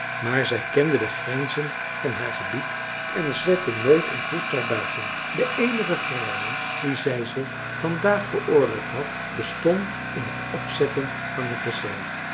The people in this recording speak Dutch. maar zij kende de grenzen van haar gebied en zette nooit een voet daarbuiten de eenige vrijheid die zij zich van daag veroorloofd had bestond in het opzetten van het dessert